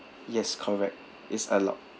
yes correct is allowed